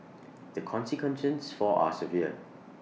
the consequences for are severe